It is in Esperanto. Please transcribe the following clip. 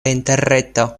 interreto